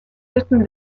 litten